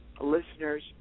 listeners